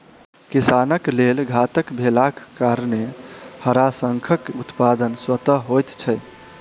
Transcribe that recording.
किसानक लेल घातक भेलाक कारणेँ हड़ाशंखक उत्पादन स्वतः होइत छै